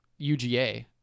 UGA